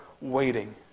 Waiting